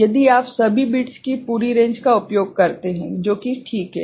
यदि आप सभी बिट्स की पूरी रेंज का उपयोग करते हैं जो कि ठीक है